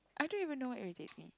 I don't even know it irritate me